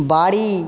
বাড়ি